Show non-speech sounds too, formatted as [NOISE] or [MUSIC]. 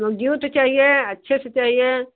तो [UNINTELLIGIBLE] तो चाहिए अच्छे से चाहिए